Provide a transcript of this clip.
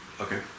okay